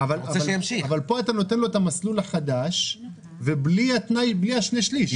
אבל כאן אתה נותן לו את המסלול החדש ובלי שני השליש.